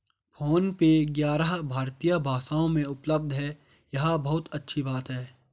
phone पे ग्यारह भारतीय भाषाओं में उपलब्ध है यह बहुत अच्छी बात है